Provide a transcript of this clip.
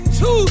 two